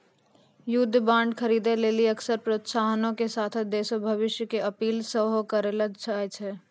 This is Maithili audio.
युद्ध बांड खरीदे लेली अक्सर प्रोत्साहनो के साथे देश भक्ति के अपील सेहो करलो जाय छै